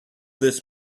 this